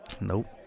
Nope